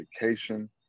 education